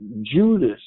Judas